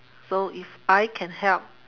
so if I can help